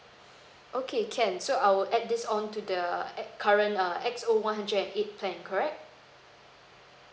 okay can so I will add this on to the ad~ current err X O one hundred and eight plan correct